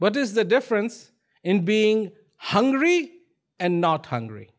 what is the difference in being hungry and not hungry